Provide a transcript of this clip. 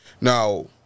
Now